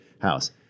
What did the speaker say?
house